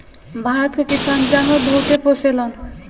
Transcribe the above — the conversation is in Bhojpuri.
भारत के किसान जानवर बहुते पोसेलन